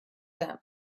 them